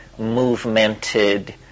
movemented